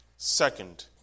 Second